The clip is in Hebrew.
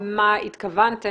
מה התכוונתם,